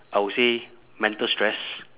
I will say mental stress